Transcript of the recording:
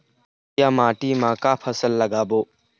करिया माटी म का फसल लगाबो?